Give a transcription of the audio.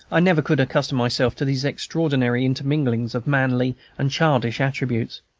i never could accustom myself to these extraordinary interminglings of manly and childish attributes.